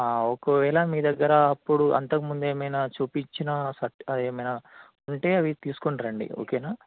ఒకవేళ మీ దగ్గర అప్పుడు అంతకు ముందు ఏమైనా చూపిచ్చినా సత్ అది ఏమైనా ఉంటే అవి తీసుకుని రండి ఓకేనా